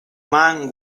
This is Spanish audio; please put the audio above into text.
man